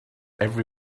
every